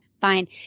fine